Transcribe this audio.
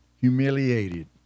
humiliated